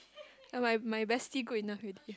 ah my my bestie good enough already